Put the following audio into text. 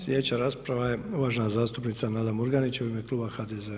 Sljedeća rasprava je uvažena zastupnica Nada Murganić u ime Kluba HDZ-a.